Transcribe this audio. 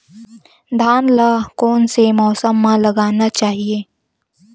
धान ल कोन से मौसम म लगाना चहिए?